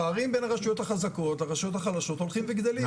הפערים בין הרשויות החזקות לבין הרשויות החלשות הולכים וגדלים.